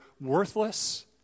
worthless